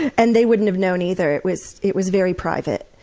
and they wouldn't have known either. it was it was very private.